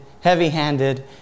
heavy-handed